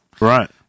Right